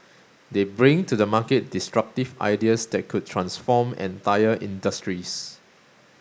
they bring to the market disruptive ideas that could transform entire industries